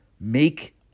make